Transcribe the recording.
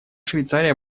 швейцария